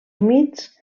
humits